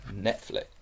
Netflix